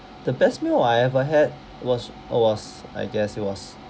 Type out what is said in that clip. the best meal I ever had was uh was I guess it was